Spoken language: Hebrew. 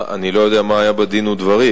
אני לא יודע מה היה בדין ודברים.